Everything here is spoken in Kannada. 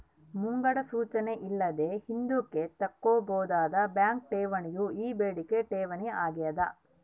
ಮುಂಗಡ ಸೂಚನೆ ಇಲ್ಲದೆ ಹಿಂದುಕ್ ತಕ್ಕಂಬೋದಾದ ಬ್ಯಾಂಕ್ ಠೇವಣಿಯೇ ಈ ಬೇಡಿಕೆ ಠೇವಣಿ ಆಗ್ಯಾದ